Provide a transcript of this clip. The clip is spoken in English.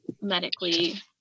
medically